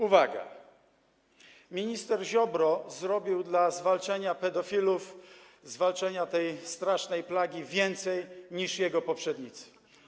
Uwaga: minister Ziobro zrobił dla zwalczania pedofilów, zwalczania tej strasznej plagi więcej niż jego poprzednicy.